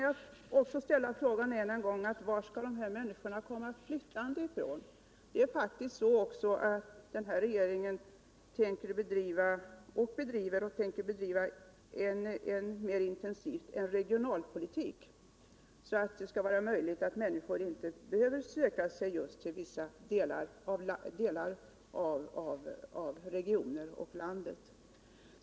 Jag ställer frågan än en gång: Var skall människorna komma flyttande ifrån? Den nuvarande regeringen bedriver och tänker bedriva en mer intensiv regionalpolitik, som skall möjliggöra att människor inte behöver söka sig till vissa delar av regioner och av landet.